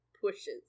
pushes